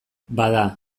bada